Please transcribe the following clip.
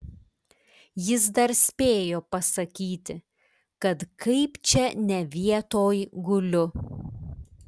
jis dar spėjo pasakyti kad kaip čia ne vietoj guliu